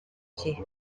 gihe